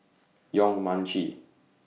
Yong Mun Chee